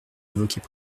évoqués